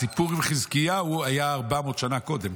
הסיפור עם חזקיהו היה כמעט 400 שנה קודם,